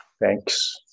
thanks